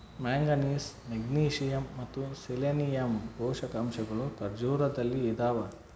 manganese magnesium ಮತ್ತು selenium ಪೋಷಕಾಂಶಗಳು ಖರ್ಜೂರದಲ್ಲಿ ಇದಾವ